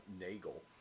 Nagel